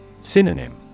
Synonym